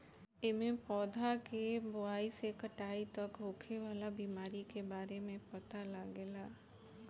एमे पौधा के बोआई से कटाई तक होखे वाला बीमारी के बारे में पता लागेला